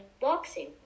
boxing